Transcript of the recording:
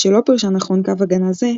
שלא פירשה נכון קו הגנה זה,